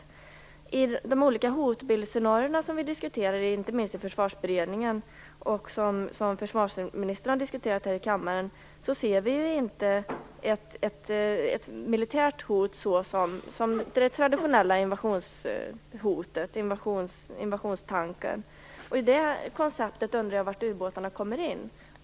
När det gäller de olika hotbildsscenarior som diskuteras, inte minst i Försvarsberedningen, och som försvarsministern har diskuterat här i kammaren, upplever vi inte något traditionellt militärt invasionshot. I det konceptet undrar jag var ubåtarna kommer in.